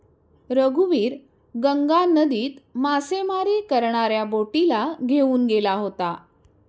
रघुवीर गंगा नदीत मासेमारी करणाऱ्या बोटीला घेऊन गेला होता